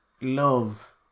love